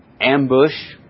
ambush